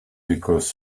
because